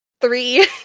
three